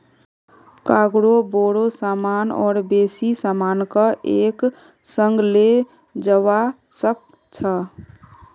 cargo बोरो सामान और बेसी सामानक एक संग ले जव्वा सक छ